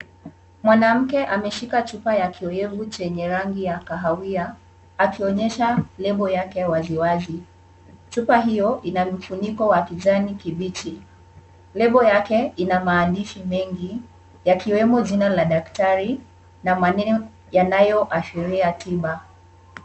Mwanamke ameshika chupa ya kioevu chenye rangi ya kahawia akionyesha lebo yake wazi wazi. Chupa hiyo ina mfuniko wa kijani kibichi, lebo yake ina maandishi mengi yakiwemo jina la daktari na maneno yanayoashiria tiba.